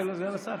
אם זה נועד למצות